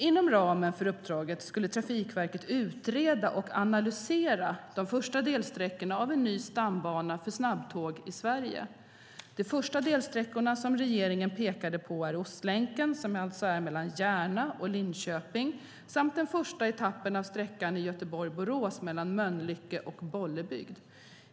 Inom ramen för uppdraget skulle Trafikverket utreda och analysera de första delsträckorna av en ny stambana för snabbtåg i Sverige. De första delsträckorna som regeringen pekade på är Ostlänken, som alltså ska gå mellan Järna och Linköping, samt den första etappen av sträckan Göteborg-Borås, mellan Mölnlycke och Bollebygd.